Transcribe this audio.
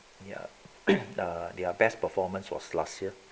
ya their best performance was last year